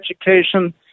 education